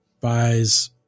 buys